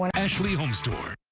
but ashley homestore.